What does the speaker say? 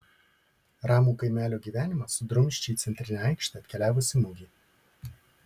ramų kaimelio gyvenimą sudrumsčia į centrinę aikštę atkeliavusi mugė